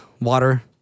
water